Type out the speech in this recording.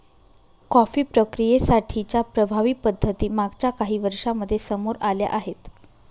coffee प्रक्रियेसाठी च्या प्रभावी पद्धती मागच्या काही वर्षांमध्ये समोर आल्या आहेत